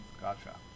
Gotcha